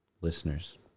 Listeners